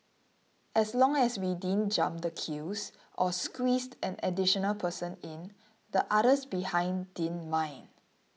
as long as we didn't jump the queues or squeezed an additional person in the others behind didn't mind